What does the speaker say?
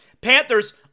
Panthers